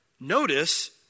notice